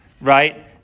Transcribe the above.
right